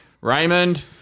Raymond